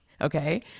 okay